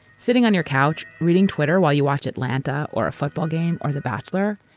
sitting on your couch reading twitter while you watch atlanta or a football game or the bachelor.